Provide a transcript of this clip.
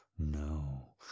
No